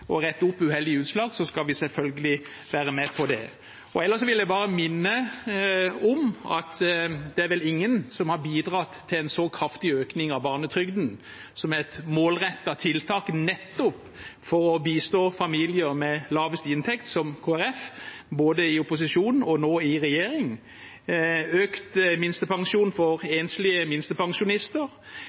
uheldige utslag vi må rette opp i, skal vi selvfølgelig være med på det. Ellers vil jeg bare minne om at det er vel ingen som har bidratt til en så kraftig økning av barnetrygden, som er et målrettet tiltak nettopp for å bistå de familiene med lavest inntekt, som Kristelig Folkeparti, både i opposisjon og nå i regjering. Vi har økt minstepensjonen for enslige minstepensjonister.